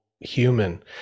human